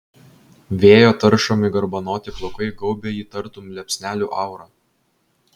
vėjo taršomi garbanoti plaukai gaubia jį tartum liepsnelių aura